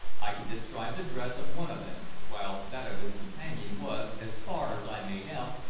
i could describe the dress of one of them, while that of his companion was, as far as i made out,